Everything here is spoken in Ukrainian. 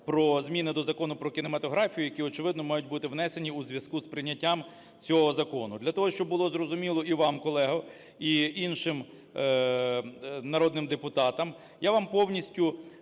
про зміни до Закону "Про кінематографію", які, очевидно, мають бути внесені у зв'язку з прийняттям цього закону. Для того, щоб було зрозуміло і вам, колего, і іншим народним депутатам, я вам повністю